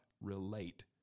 relate